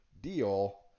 deal